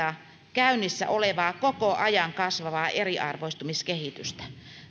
käynnissä olevaa koko ajan kasvavaa eriarvoistumiskehitystä